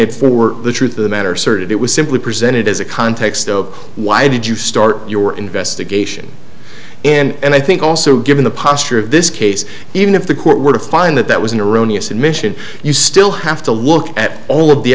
for the truth of the matter sir it was simply presented as a context of why did you start your investigation and i think also given the posture of this case even if the court were to find that that was an erroneous admission you still have to look at all of the